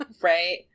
Right